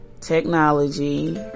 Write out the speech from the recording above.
technology